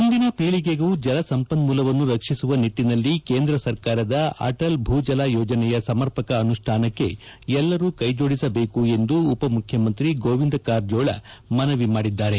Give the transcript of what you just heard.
ಮುಂದಿನ ಪೀಳಿಗೆಗೂ ಜಲ ಸಂಪನ್ಮೂಲವನ್ನು ರಕ್ಷಿಸುವ ನಿಟ್ವಿನಲ್ಲಿ ಕೇಂದ್ರ ಸರಕಾರದ ಅಟಲ್ ಭೂಜಲ ಯೋಜನೆಯ ಸಮರ್ಪಕ ಅನುಷ್ಠಾನಕ್ಕೆ ಎಲ್ಲರೂ ಕೈ ಜೋಡಿಸಬೇಕು ಎಂದು ಉಪ ಮುಖ್ಯಮಂತ್ರಿ ಗೋವಿಂದ ಕಾರಜೋಳ ಮನವಿ ಮಾಡಿದ್ದಾರೆ